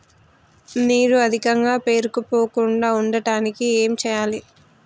నీరు అధికంగా పేరుకుపోకుండా ఉండటానికి ఏం చేయాలి?